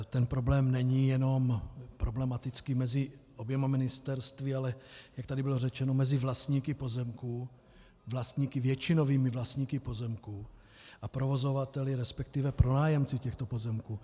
Ten problém není jenom problematický mezi oběma ministerstvy, ale jak tady bylo řečeno, mezi vlastníky pozemků, většinovými vlastníky pozemků a provozovateli, resp. pronájemci těchto pozemků.